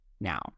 now